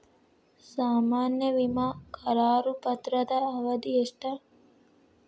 ಸಾಮಾನ್ಯ ವಿಮಾ ಕರಾರು ಪತ್ರದ ಅವಧಿ ಎಷ್ಟ?